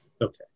Okay